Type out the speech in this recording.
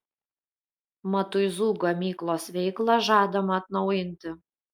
matuizų gamyklos veiklą žadama atnaujinti